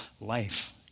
life